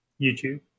YouTube